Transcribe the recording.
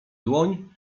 dłoń